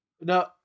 No